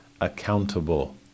accountable